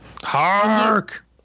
Hark